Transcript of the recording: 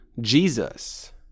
Jesus